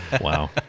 Wow